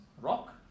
rock